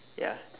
ya